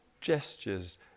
gestures